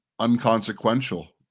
unconsequential